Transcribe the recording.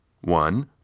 One